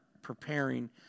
preparing